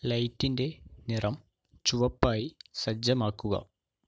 ലൈറ്റിൻ്റെ നിറം ചുവപ്പായി സജ്ജമാക്കുക